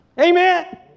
Amen